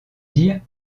dire